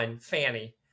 Fanny